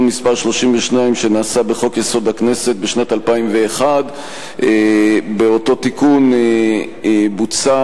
מס' 32 שנעשה בחוק-יסוד: הכנסת בשנת 2001. באותו תיקון נעשה